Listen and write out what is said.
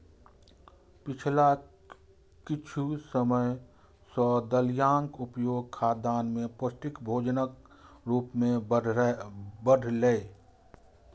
पिछला किछु समय सं दलियाक उपयोग खानपान मे पौष्टिक भोजनक रूप मे बढ़लैए